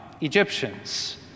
Egyptians